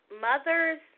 mothers